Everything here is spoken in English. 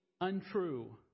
untrue